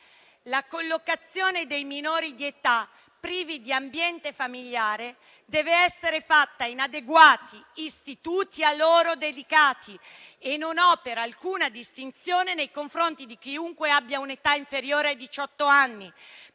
la collocazione dei minori di età privi di ambiente familiare debba essere fatta in adeguati istituti a loro dedicati e non opera alcuna distinzione nei confronti di chiunque abbia un'età inferiore ai diciotto